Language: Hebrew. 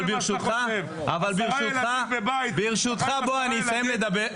אבל ברשותך, אני אסיים לדבר.